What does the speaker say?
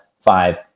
five